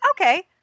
okay